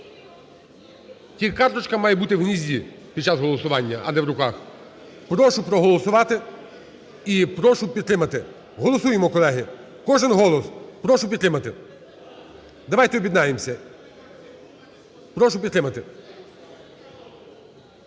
Карточка має бути в гнізді під час голосування, а не в руках. Прошу проголосувати і прошу підтримати. Голосуємо, колеги, кожен голос, прошу підтримати. Давайте об'єднаємося. Прошу підтримати.